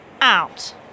out